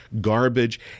garbage